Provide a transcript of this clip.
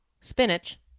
spinach